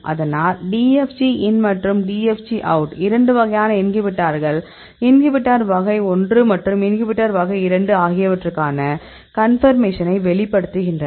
அதனால் DFG இன் மற்றும் DFG அவுட் இரண்டு வகையான இன்ஹிபிட்டர்கள் இன்ஹிபிட்டர் வகை 1 மற்றும் இன்ஹிபிட்டர் வகை 2 ஆகியவற்றுக்கான கன்பர்மேஷன்னை வெளிப்படுத்துகின்றன